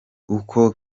uko